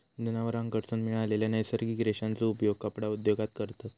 जनावरांकडसून मिळालेल्या नैसर्गिक रेशांचो उपयोग कपडा उद्योगात करतत